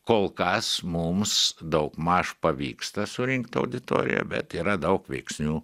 kol kas mums daugmaž pavyksta surinkt auditoriją bet yra daug veiksnių